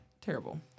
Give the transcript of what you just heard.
terrible